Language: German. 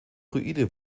ruine